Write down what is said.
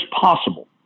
possible